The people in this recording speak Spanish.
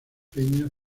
peñas